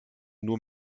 nur